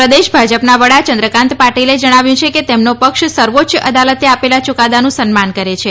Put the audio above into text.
પ્રદેશ ભાજપના વડા ચંદ્રકાન્ત પાટિલે જણાવ્યું છે કે તેમનો પક્ષ સર્વોચ્ય અદાલતે આપેલા ચુકાદાનું સન્માન કરે છે